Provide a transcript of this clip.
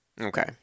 Okay